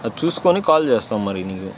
అది చూసుకుని కాల్ చేస్తాం మరి నీకు